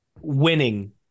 winning